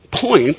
point